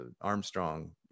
Armstrong